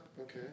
Okay